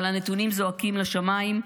אבל הנתונים זועקים לשמיים: